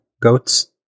goats